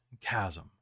chasm